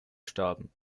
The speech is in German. starben